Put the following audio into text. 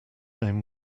name